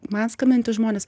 man skambinantys žmonės